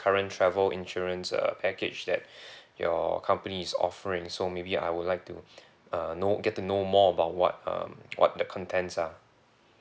current travel insurance uh package that your company is offering so maybe I would like to uh know get to know more about what um what the contents are